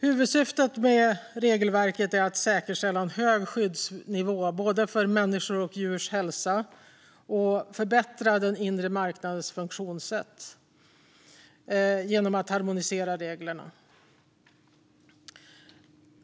Huvudsyftet med regelverket är att säkerställa en hög skyddsnivå för människors och djurs hälsa och att förbättra den inre marknadens funktionssätt genom att harmonisera reglerna.